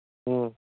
ꯎꯝ